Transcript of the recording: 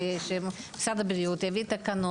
שמשרד הבריאות יביא תקנות